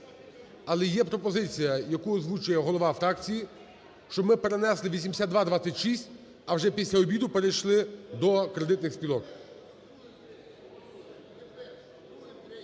Але є пропозиція, яку озвучує голова фракції, щоб ми перенесли 8226, а вже після обіду, перейшли до кредитних спілок.